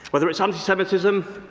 whether it is anti-semitism,